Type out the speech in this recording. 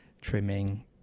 trimming